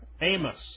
Amos